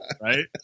right